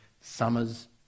summer's